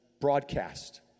broadcast